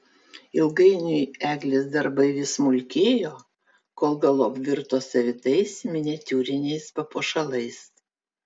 ilgainiui eglės darbai vis smulkėjo kol galop virto savitais miniatiūriniais papuošalais